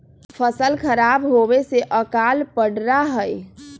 फसल खराब होवे से अकाल पडड़ा हई